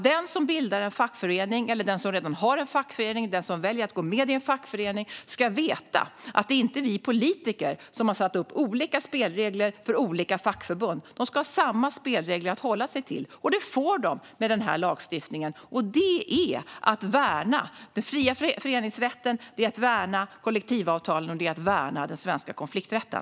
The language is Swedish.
Den som bildar en fackförening, redan har en fackförening eller väljer att gå med i en fackförening ska veta att det inte är vi politiker som har satt upp olika spelregler för olika fackförbund. De ska ha samma spelregler att hålla sig till, och det får de med den här lagstiftningen. Det är att värna den fria föreningsrätten, kollektivavtalen och den svenska konflikträtten.